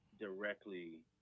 directly